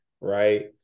right